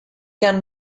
can